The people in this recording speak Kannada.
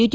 ಟಿ